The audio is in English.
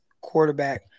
quarterback